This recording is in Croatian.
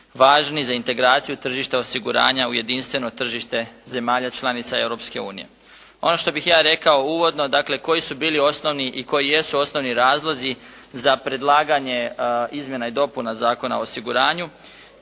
važni za integraciju tržišta osiguranja u jedinstveno tržište zemalja članica Europske unije. Ono što bih ja rekao uvodno, dakle koji su bili osnovni i koji jesu osnovni razlozi za predlaganje Izmjena i dopuna Zakona o osiguranju.